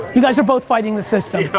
you guys are both fighting the system.